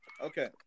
Okay